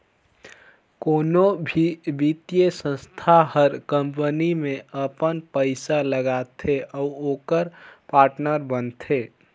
कोनो भी बित्तीय संस्था हर कंपनी में अपन पइसा लगाथे अउ ओकर पाटनर बनथे